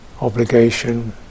obligation